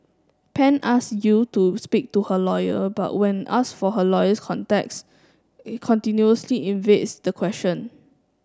Pan ask Yew to speak to her lawyer but when ask for her lawyer's contacts continuously evades the question